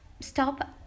stop